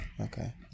Okay